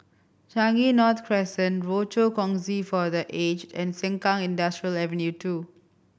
Changi North Crescent Rochor Kongsi for The Aged and Sengkang Industrial Avenue Two